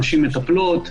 נשים מטפלות,